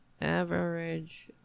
average